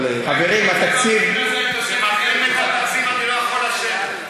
כשמעבירים את התקציב אני לא יכול לשבת.